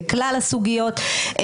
לכלל הסוגיות.